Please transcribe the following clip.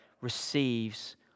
receives